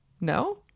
No